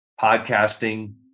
podcasting